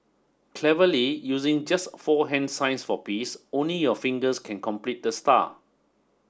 cleverly using just four hand signs for peace only your fingers can complete the star